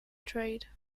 trade